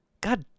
God